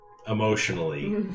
Emotionally